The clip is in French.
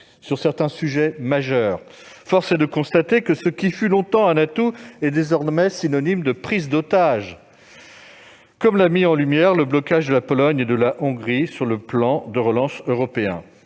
sur certains sujets majeurs. Force est de constater que ce qui fut longtemps un atout est désormais synonyme de prise d'otage, comme l'a mis en lumière le blocage du plan de relance européen